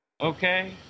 okay